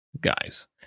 guys